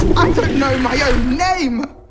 i don't know my own name.